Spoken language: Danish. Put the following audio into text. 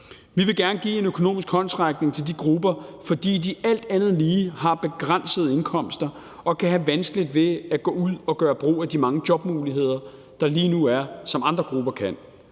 Vi vil gerne give en økonomisk håndsrækning til de grupper, fordi de alt andet lige har begrænsede indkomster og kan have vanskeligt ved at gå ud og gøre brug af de mange jobmuligheder, der lige nu er, som andre grupper kan.